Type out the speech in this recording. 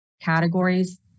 categories